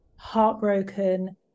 heartbroken